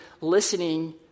listening